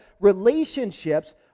relationships